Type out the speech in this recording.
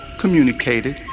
communicated